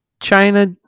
China